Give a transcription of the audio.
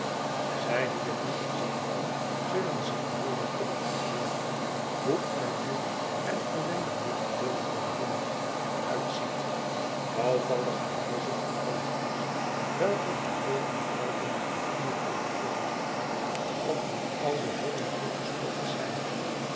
zij die het niet gezien hebben zullen zich moeielijk kunnen verbeelden hoe armoedig en ellendig dit gedeelte van londen er uitziet bouwvallige huizen met vensters welker gebrokene ruiten met papier overplakt of met oude vodden toegestopt zijn